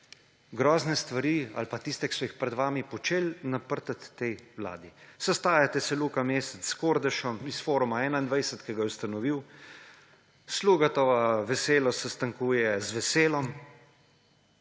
grozne stvari ali pa tiste, ki so jih pred vam počeli, naprtiti tej vladi. Sestajate se: Luka Mesec s Kordešem iz Foruma 21, ki ga je ustanovil, Sluga veselo sestankuje z Veselom,